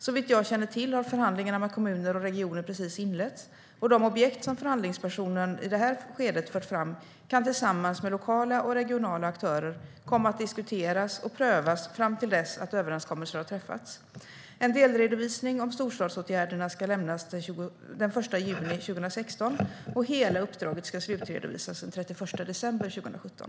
Såvitt jag känner till har förhandlingarna med kommuner och regioner precis inletts, och de objekt som förhandlingspersonen i det här skedet fört fram kan tillsammans med lokala och regionala aktörer komma att diskuteras och prövas fram till dess att överenskommelser har träffats. En delredovisning om storstadsåtgärderna ska lämnas den 1 juni 2016. Hela uppdraget ska slutredovisas den 31 december 2017.